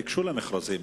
שניגשו למכרזים,